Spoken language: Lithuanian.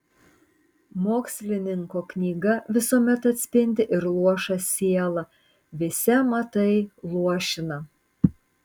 mokslininko knyga visuomet atspindi ir luošą sielą visi amatai luošina